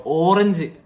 orange